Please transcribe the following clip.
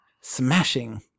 Smashing